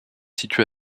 situé